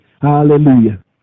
Hallelujah